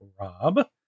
rob